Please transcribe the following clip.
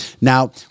Now